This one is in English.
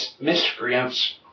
miscreants